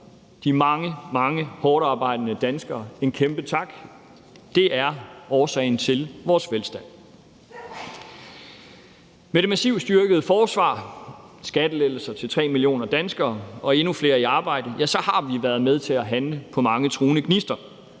de mange, mange hårdtarbejdende danskere en kæmpe tak. Det er årsagen til vores velstand. Med det massivt styrkede forsvar, skattelettelser til tre millioner danskere og endnu flere i arbejde har vi været med til at handle mod mange truende gnister,